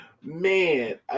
Man